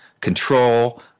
control